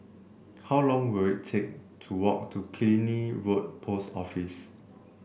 how long will it take to walk to Killiney Road Post Office